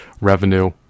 revenue